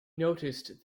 noticed